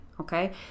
okay